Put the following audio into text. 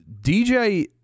DJ